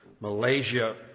Malaysia